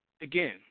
again